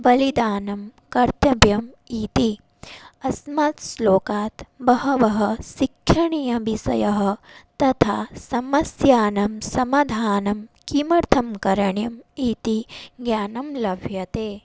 बलिदानं कर्तव्यम् इति अस्मात् श्लोकात् बहवः शिक्षणीयविषयाः तथा समस्यानां समाधानं किमर्थं करणीयम् इति ज्ञानं लभ्यते